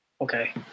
Okay